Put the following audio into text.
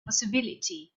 possibility